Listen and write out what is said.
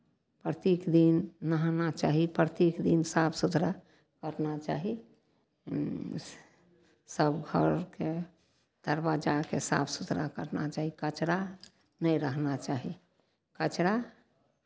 प्रत्येक दिन नहाना चाही प्रत्येक दिन साफ सुथरा करना चाही सभ घरके दरवाजाकेँ साफ सुथरा करना चाही कचड़ा नहि रहना चाही कचड़ा